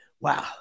Wow